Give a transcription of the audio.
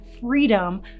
freedom